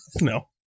No